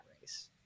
race